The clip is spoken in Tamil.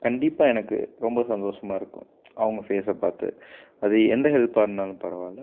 கண்டிப்பாக எனக்கு ரொம்ப சந்தோஷமாக இருக்கும் அவங்க ஃபேஸை பார்த்து அது எந்த ஹெல்ப்பாக இருந்தாலும் பரவாயில்ல